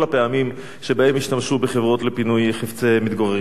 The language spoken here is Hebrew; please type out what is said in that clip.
שבהן השתמשו בחברות לפינוי חפצי המתגוררים בבתים?